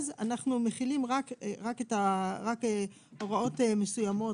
אז אנחנו מחילים רק הוראות מסוימות,